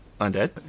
Undead